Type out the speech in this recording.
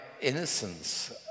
innocence